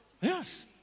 yes